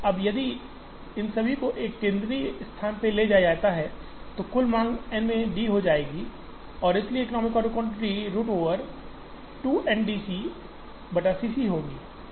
अब यदि इन सभी को एक केंद्रीय स्थान पर लाया जाता है तो कुल मांग N में D हो जाएगी और इसलिए economic order quantity root over 2 N DCC c होगी